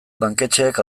banketxeek